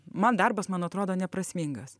man darbas man atrodo neprasmingas